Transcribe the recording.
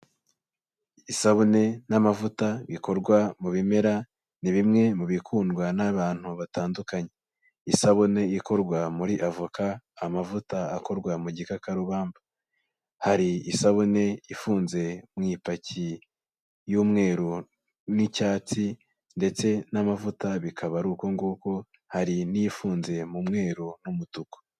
Isabune n'amavuta bikorwa mu bimera, ni bimwe mu bikundwa n'abantu batandukanye. Isabune ikorwa muri avoka, amavuta akorwa mu gikarubamba. Hari isabune ifunze mu ipaki y'umweru n'icyatsi ndetse n'amavuta bikaba ari uko nguko, hari n'ifunze mu mweru n'umutuku.